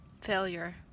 failure